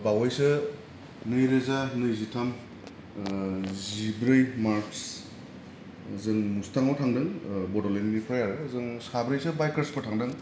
बावैसो नैरोजा नैजिथाम ओह जिब्रै मार्च जों मुस्ताङाव थांदों ओह बड'लेण्डनिफ्राय आरो जों साब्रैसो बाइकार्सफोर थांदों